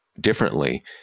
differently